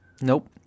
Nope